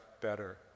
better